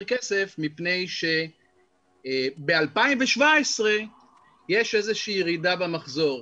כסף מפני שב-2017 יש איזה שהיא ירידה במחזור.